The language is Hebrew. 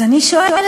אז אני שואלת,